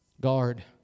Guard